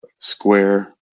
Square